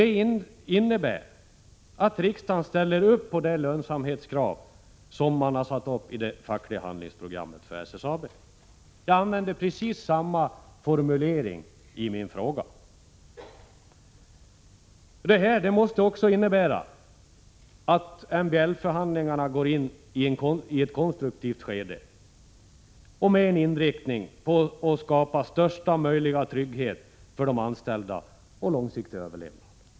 Det innebär nämligen att riksdagen ställer upp på det lönsamhetskrav som man har satt uppi det fackliga handlingsprogrammet för SSAB. Jag använde precis samma formulering i min fråga. Detta måste också innebära att MBL-förhandlingarna går in i ett konstruktivt skede med inriktning på att skapa största möjliga trygghet för de anställda och långsiktig överlevnad.